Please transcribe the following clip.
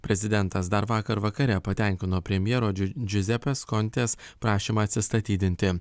prezidentas dar vakar vakare patenkino premjero džiuzepės kontės prašymą atsistatydinti